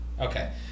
Okay